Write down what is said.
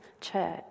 church